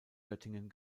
göttingen